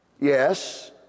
yes